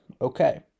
Okay